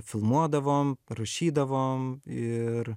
filmuodavom rašydavom ir